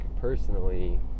personally